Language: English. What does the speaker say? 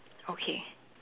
okay